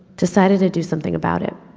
decided to do something about it.